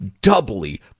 doubly